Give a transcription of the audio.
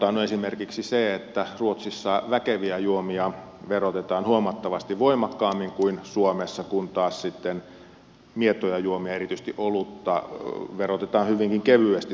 no esimerkiksi se että ruotsissa väkeviä juomia verotetaan huomattavasti voimakkaammin kuin suomessa kun taas sitten mietoja juomia erityisesti olutta verotetaan hyvinkin kevyesti suomeen verrattuna